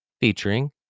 featuring